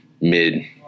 mid